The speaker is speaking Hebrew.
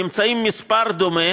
נמצא מספר דומה